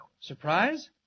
Surprise